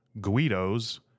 Guido's